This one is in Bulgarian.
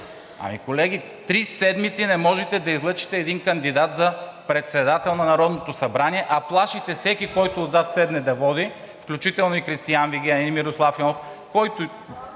Колеги, три седмици не можете да излъчите един кандидат за председател на Народното събрание, а плашите всеки, който отзад седне да води, включително и Кристиан Вигенин, и Мирослав Иванов, който